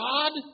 God